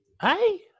Hey